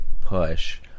push